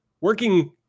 working